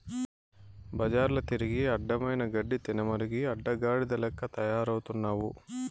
బజార్ల తిరిగి అడ్డమైన గడ్డి తినమరిగి అడ్డగాడిద లెక్క తయారవుతున్నావు